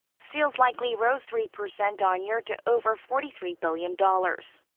sales likely rose three percent on-year to over forty three billion dollars.